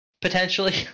potentially